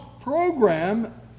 program